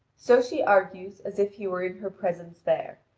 so she argues as if he were in her presence there,